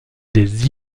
des